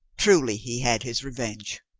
truly he had his revenge.